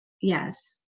yes